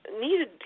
needed